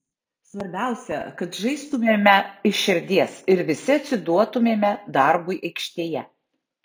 svarbiausia kad žaistumėme iš širdies ir visi atsiduotumėme darbui aikštėje